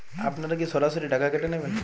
আপনারা কি সরাসরি টাকা কেটে নেবেন?